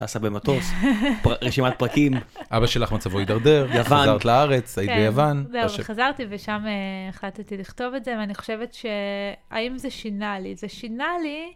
תעשה במטוס, רשימת פרקים. אבא שלך מצבו התדרדר, ייון, חזרת לארץ, כן, היית ביוון. זהו, חזרתי ושם החלטתי לכתוב את זה, ואני חושבת ש... האם זה שינה לי? זה שינה לי...